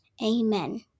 Amen